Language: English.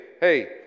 hey